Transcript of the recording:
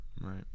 Right